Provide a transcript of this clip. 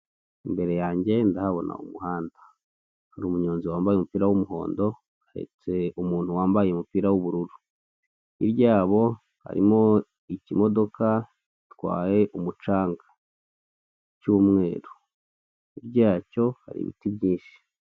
Imbere yanjye ndahabona umuhanda hari umunyonzi wambaye umupira w'umuhondo ahetse umuntu wambaye umupira w'ubururu, hirya yabo harimo ikimodoka gitwaye umucanga cy'umweru, hirya ya cyo hari ibiti byinshi.